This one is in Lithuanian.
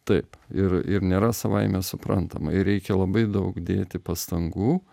taip ir ir nėra savaime suprantama ir reikia labai daug dėti pastangų